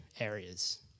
areas